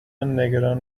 نگران